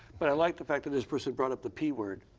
but i like the fact this person brought up the p word.